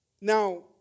Now